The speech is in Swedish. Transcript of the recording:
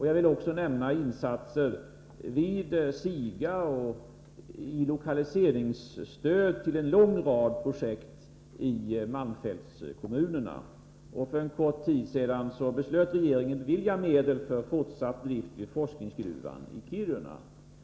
Jag vill också nämna insatser vid SIGA och lokaliseringsstöd till en lång rad projekt i malmfältskommunerna. För en kort tid sedan beslöt regeringen bevilja medel för fortsatt drift vid forskningsgruvan i Kiruna.